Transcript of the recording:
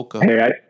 Hey